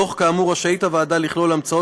בדוח כאמור רשאית הוועדה לכלול המלצות